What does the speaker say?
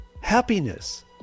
Happiness